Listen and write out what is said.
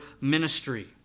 ministry